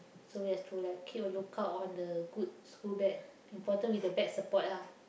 so just throw like keep a look out on the good schoolbag important with the back support ah